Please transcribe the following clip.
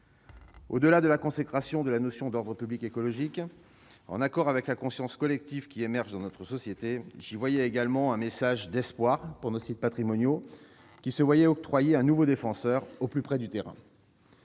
au-delà de la consécration de la notion d'« ordre public écologique », en accord avec la conscience collective qui émerge dans notre société, un message d'espoir pour nos sites patrimoniaux, qui se voyaient octroyer un nouveau défenseur, au plus près du terrain.